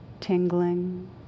tingling